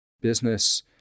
Business